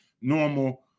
normal